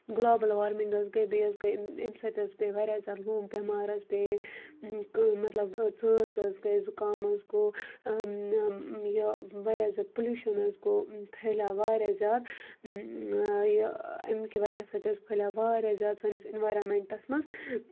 global warming حظ گٔے بیٚیہِ حظ گٔے امہِ سۭتۍ حظ پیٚیہِ واریاہ زیادٕ لوٗک بٮ۪مار حظ پیٚیہِ مطلب ژاس حظ گٔے زُکام حظ گوٚو یہِ واریاہ زیادٕ پُلیوٗشَن حظ گوٚو پھٲلیٛو واریاہ زیادٕ یہِ اَمکہِ وجہ سۭتۍ حظ پھٲلیٛو واریاہ زیادٕ سٲنِس اِنوارَمٮ۪نٛٹَس منٛز